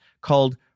called